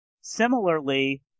Similarly